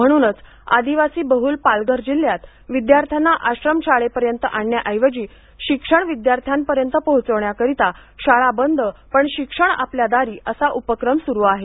म्हणुनच आदिवासी बहुल पालघर जिल्ह्यात विद्यार्थ्यांना आश्रमशाळेपर्यंत आणण्या ऐवजी शिक्षण विद्यार्थ्यांपर्यंत पोहचवण्याकरता शाळा बंद पण शिक्षण आपल्या दारी असा उपक्रम सुरू आहे